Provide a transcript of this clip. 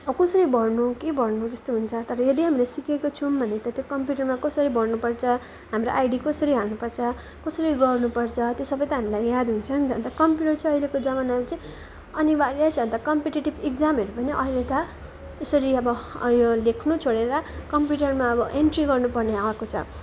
अब कसरी भर्नु के भर्नु त्यस्तो हुन्छ तर यदि हामीले सिकेको छौँ भने त त्यो कम्प्युटरमा कसरी भर्नुपर्छ हाम्रो आइडी कसरी हाल्नुपर्छ कसरी गर्नुपर्छ त्यो सबै त हामीलाई याद हुन्छ नि त अन्त कम्प्युटर चाहिँ अहिलेको जमानामा चाहिँ अनिवार्यै छ अन्त कम्पिटेटिभ इक्जामहरू पनि अहिले त यसरी अब यो लेख्नु छोडेर कम्प्युटरमा अब एन्ट्री गर्नुपर्ने आएको छ